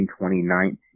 2019